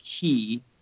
key